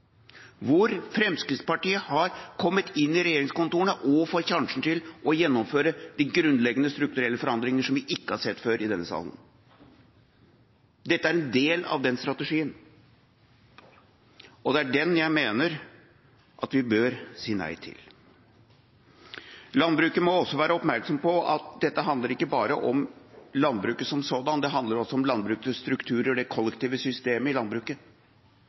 hvor Fremskrittspartiet har kommet inn i regjeringskontorene og får sjansen til å gjennomføre de grunnleggende strukturelle forandringene, som vi ikke har sett før i denne salen. Dette er en del av den strategien, og den mener jeg vi bør si nei til. Landbruket må også være oppmerksom på at dette ikke bare handler om landbruket som sådan. Det handler også om landbrukets strukturer og det kollektive systemet i landbruket,